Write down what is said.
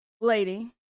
lady